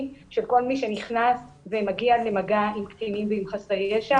של כל מי שנכנס ומגיע למגע עם קטינים ועם חסרי ישע.